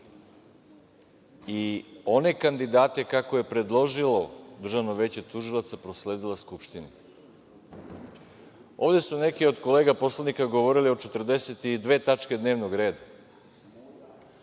i one kandidate, kakve je predložilo Državno veće tužilaca, prosledila Skupštini. Ovde su neke od kolega poslanika govorili o 42 tačke dnevnog reda.